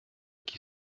qui